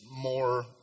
more